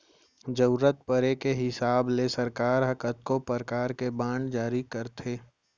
जरूरत परे के हिसाब ले सरकार ह कतको परकार के बांड जारी करत रथे